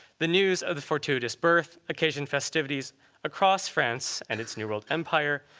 the news of the fortuitous birth, occasion festivities across france and its new world empire,